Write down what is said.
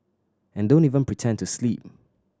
and don't even pretend to sleep